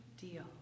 deal